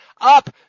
up